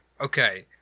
Okay